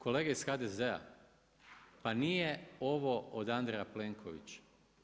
Kolege iz HDZ-a pa nije ovo od Andreja Plenkovića.